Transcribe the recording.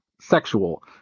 sexual